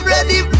Ready